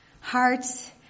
Hearts